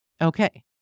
Okay